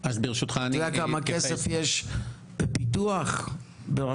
אבל למה לא לקחת הרבה יותר מכספי הפיתוח ולעשות על זה מאמץ?